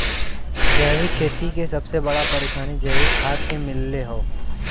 जैविक खेती के सबसे बड़ा परेशानी जैविक खाद के मिलले हौ